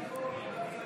(קוראת בשמות חברי הכנסת)